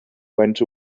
went